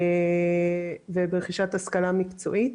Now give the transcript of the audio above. וברכישת השכלה מקצועית.